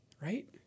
right